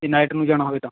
ਜੇ ਨਾਈਟ ਨੂੰ ਜਾਣਾ ਹੋਵੇ ਤਾਂ